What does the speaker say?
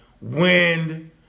Wind